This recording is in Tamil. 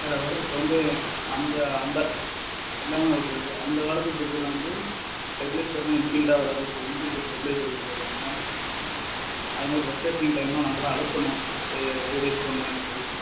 சார் அதோடய இப்போ வந்து அந்த அந்த எல்லாம் ஓகே தான் சார் அந்த காலத்து ஃப்ரிட்ஜ்ஜெல்லாம் வந்து ஸ்டெப்ளேசர்லாம் இன்பில்டாக வராது இப்போ இன்பில்ட் ஸ்டெப்ளேசர் கொடுத்துருக்காங்க அது மாதிரி ரெப்ஃப்ரெஷ்ஷிங் டைம்ன்னா நம்மளா அழுத்தணும் டே டூ டேஸுக்கு ஒன் அந்த மாதிரி